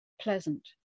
pleasant